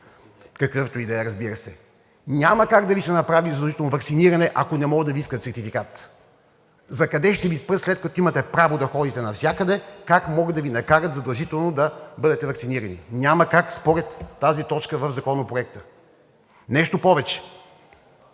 какъвто и да е, разбира се. Няма как да Ви се направи задължително ваксиниране, ако не може да Ви искат сертификат. Закъде ще Ви спрат, след като имате право да ходите навсякъде, как могат да Ви накарат задължително да бъдете ваксинирани? Няма как според тази точка в Законопроекта. Нещо повече